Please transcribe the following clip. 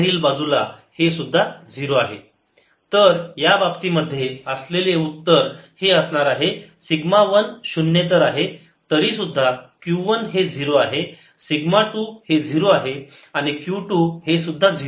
ds01 ≠0 Q1020 Q20 तर या बाबतीमध्ये असलेले उत्तर हे असणार आहे सिग्मा वन शून्येतर आहे तरीसुद्धा Q 1 हे 0 आहे सिग्मा टू हे 0 आहे आणि Q 2 हेसुद्धा 0 आहे